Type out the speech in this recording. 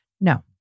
No